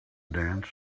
dance